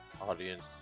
audience